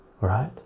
right